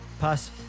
Pass